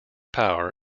power